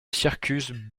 circus